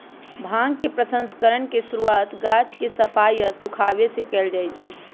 भांग के प्रसंस्करण के शुरुआत गाछ के सफाई आऽ सुखाबे से कयल जाइ छइ